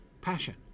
passion